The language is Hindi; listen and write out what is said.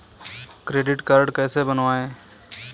क्रेडिट कार्ड कैसे बनवाएँ?